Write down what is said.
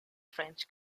french